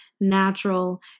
natural